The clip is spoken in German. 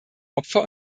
opfer